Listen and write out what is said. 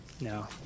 No